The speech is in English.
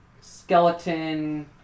skeleton